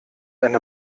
eine